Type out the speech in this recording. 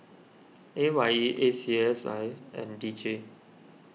A Y E A C S I and D J